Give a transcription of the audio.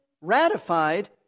ratified